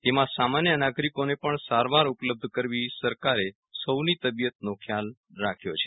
તેમાં સામાન્ય નાગરિકો ને પણ સારવાર ઉપલબ્ધ કરવી સરકારે સૌ ની તબિયત નો ખ્યાલ રાખ્યો છે